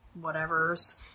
whatevers